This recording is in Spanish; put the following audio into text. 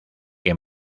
que